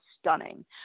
stunning